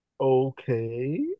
okay